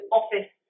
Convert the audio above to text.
office